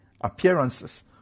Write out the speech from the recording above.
appearances